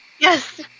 Yes